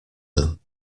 them